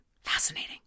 fascinating